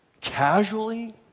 casually